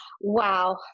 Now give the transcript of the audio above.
wow